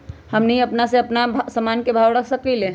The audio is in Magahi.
हमनी अपना से अपना सामन के भाव न रख सकींले?